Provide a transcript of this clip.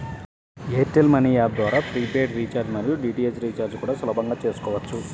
air tell money app ద్వారా prepaid recharge మరియు DTH recharge కూడా సులభంగా చేసుకోవచ్చు